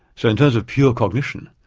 so in terms of pure cognition,